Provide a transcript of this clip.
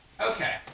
Okay